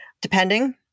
depending